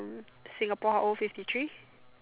Singapore how old fifty three